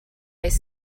ice